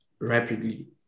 rapidly